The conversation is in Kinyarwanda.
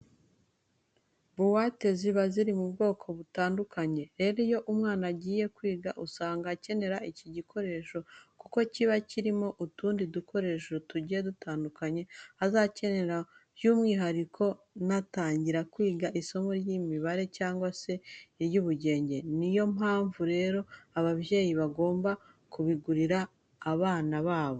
Buwate ziba ziri mu bwoko butandukanye. Rero iyo umwana agiye kwiga usanga akenera iki gikoresho kuko kiba kirimo utundi dukoresho tugiye dutandukanye azakenera by'umwihariko natangira kwiga isomo ry'imibara cyangwa se iry'ubugenge. Ni yo mpamvu rero ababyeyi bagomba kubigurira abana babo.